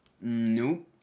Nope